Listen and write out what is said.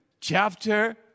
chapter